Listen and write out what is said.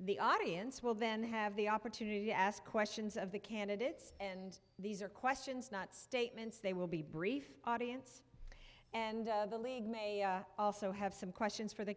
the audience will then have the opportunity to ask questions of the candidates and these are questions not statements they will be brief audience and the league may also have some questions for the